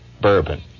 bourbon